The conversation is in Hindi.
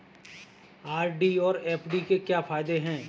आर.डी और एफ.डी के क्या फायदे हैं?